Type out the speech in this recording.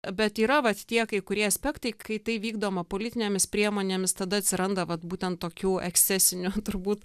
bet yra vat tie kai kurie aspektai kai tai vykdoma politinėmis priemonėmis tada atsiranda vat būtent tokių ekscesinių turbūt